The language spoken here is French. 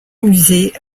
musées